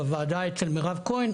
בוועדה אצל מירב כהן,